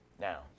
Now